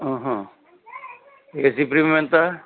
AC prime ఎంత